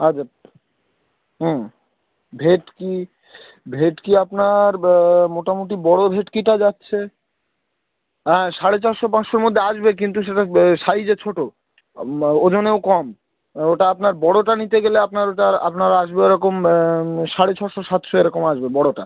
আচ্ছা হুম ভেটকি ভেটকি আপনার মোটামুটি বড় ভেটকিটা যাচ্ছে হ্যাঁ সাড়ে চারশো পাঁচশোর মধ্যে আসবে কিন্তু সেটা সাইজে ছোট ওজনেও কম ওটা আপনার বড়টা নিতে গেলে আপনার ওটা আপনার আসবে ওরকম সাড়ে ছশো সাতশো এরকম আসবে বড়টা